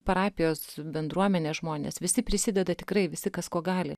parapijos bendruomenė žmonės visi prisideda tikrai visi kas kuo gali